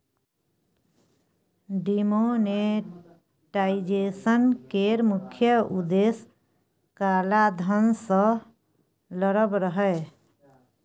demonetisation केर मुख्य उद्देश्य काला धन सँ लड़ब रहय